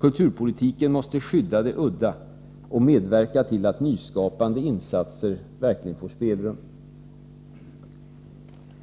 Kulturpolitiken måste skydda det udda och medverka till att nyskapande insatser verkligen får spelrum.